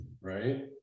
Right